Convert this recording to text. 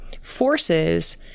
forces